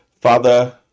father